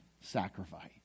sacrifice